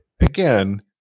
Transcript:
again